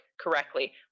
correctly